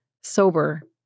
sober